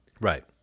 Right